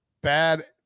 bad